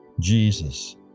Jesus